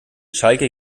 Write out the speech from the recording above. schalke